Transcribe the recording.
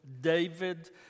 David